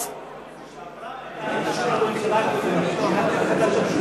עברה את אישור הממשלה הקודמת,